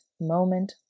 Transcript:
moment